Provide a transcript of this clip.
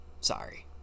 Sorry